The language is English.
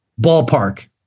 Ballpark